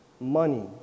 Money